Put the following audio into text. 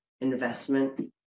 investment